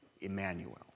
Emmanuel